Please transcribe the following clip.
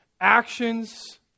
actions